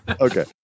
Okay